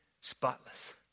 spotless